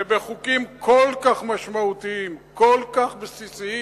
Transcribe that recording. ובחוקים כל כך משמעותיים, כל כך בסיסיים,